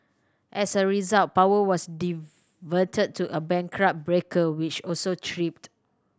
as a result power was diverted to a backup breaker which also tripped